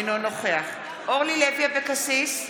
אינו נוכח אורלי לוי אבקסיס,